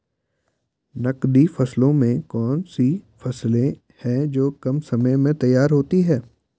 नकदी फसलों में कौन सी फसलें है जो कम समय में तैयार होती हैं?